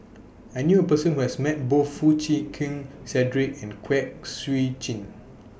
I knew A Person Who has Met Both Foo Chee Keng Cedric and Kwek Siew Jin